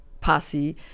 posse